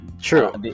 True